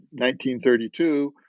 1932